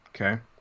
Okay